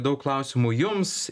daug klausimų jums